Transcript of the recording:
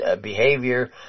behavior